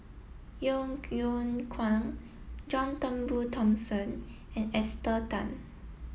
Yeo Yeow Kwang John Turnbull Thomson and Esther Tan